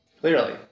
Clearly